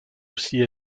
aussi